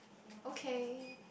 okay